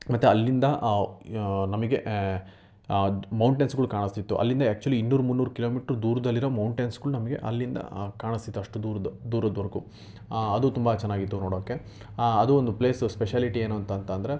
ಮತ್ತು ಅಲ್ಲಿಂದ ನಮಗೆ ಆ ಮೌಂಟೇನ್ಸ್ಗಳು ಕಾಣಿಸ್ತಿತ್ತು ಅಲ್ಲಿಂದ ಆ್ಯಕ್ಚುಲಿ ಇನ್ನೂರು ಮುನ್ನೂರು ಕಿಲೋಮೀಟ್ರು ದೂರದಲ್ಲಿರೋ ಮೌಂಟೇನ್ಸ್ಗಳು ನಮಗೆ ಅಲ್ಲಿಂದ ಕಾಣಿಸ್ತಿತ್ತು ಅಷ್ಟು ದೂರದ್ದು ದೂರದವರ್ಗು ಅದೂ ತುಂಬ ಚೆನ್ನಾಗಿತ್ತು ನೋಡೋಕ್ಕೆ ಅದು ಒಂದು ಪ್ಲೇಸ್ ಸ್ಪೆಷಾಲಿಟಿ ಏನು ಅಂತ ಅಂತಂದರೆ